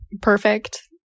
perfect